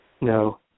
no